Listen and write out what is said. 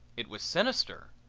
it was sinister.